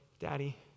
Daddy